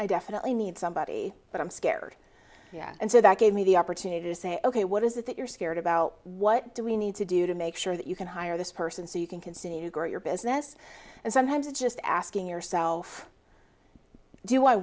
i definitely need somebody but i'm scared and so that gave me the opportunity to say ok what is it that you're scared about what do we need to do to make sure that you can hire this person so you can consider to grow your business and sometimes it just asking yourself do i